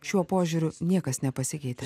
šiuo požiūriu niekas nepasikeitė